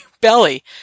belly